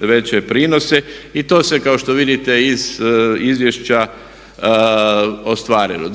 veće prinose. To se kao što vidite iz izvješća ostvarilo.